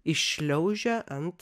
iššliaužę ant